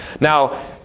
Now